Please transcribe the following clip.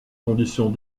conditions